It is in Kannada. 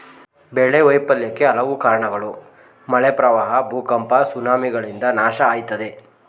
ಬೆಳೆ ವೈಫಲ್ಯಕ್ಕೆ ಹಲವು ಕಾರ್ಣಗಳು ಮಳೆ ಪ್ರವಾಹ ಭೂಕಂಪ ಸುನಾಮಿಗಳಿಂದ ನಾಶ ಆಯ್ತದೆ